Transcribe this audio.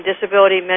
Disability